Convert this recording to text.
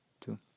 two